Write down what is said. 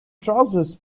trousers